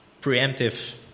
preemptive